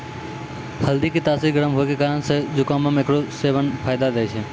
हल्दी के तासीर गरम होय के कारण से जुकामो मे एकरो सेबन फायदा दै छै